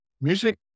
Music